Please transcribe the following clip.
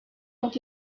ont